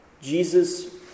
Jesus